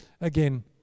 again